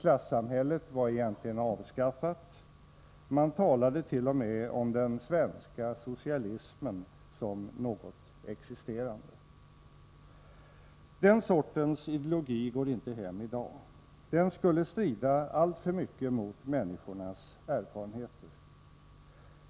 Klassamhället var egentligen avskaffat. Man taladet.o.m. om ”den svenska socialismen” som något existerande. Den sortens ideologi går inte hem i dag. Den skulle strida alltför mycket mot människornas erfarenheter.